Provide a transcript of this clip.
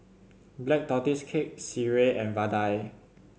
Black Tortoise Cake Sireh and Vadai